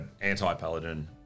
anti-paladin